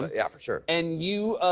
ah yeah, for sure. and you,